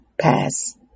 pass